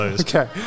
Okay